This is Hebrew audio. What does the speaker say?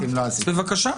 בבקשה,